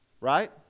right